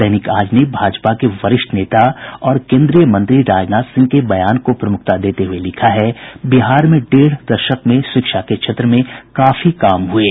दैनिक आज ने भाजपा के वरिष्ठ नेता और केन्द्रीय मंत्री राजनाथ सिंह के बयान को प्रमुखता देते हुये लिखा है बिहार में डेढ़ दशक में शिक्षा के क्षेत्र में काफी काम हुये